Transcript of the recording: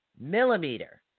millimeter